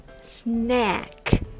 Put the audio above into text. snack